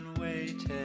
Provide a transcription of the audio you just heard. waiting